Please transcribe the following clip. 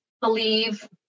believe